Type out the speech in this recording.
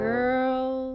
Girl